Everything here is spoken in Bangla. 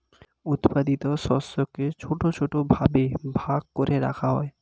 উৎপাদিত শস্যকে ছোট ছোট ভাবে ভাগ করে রাখা হয়